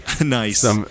Nice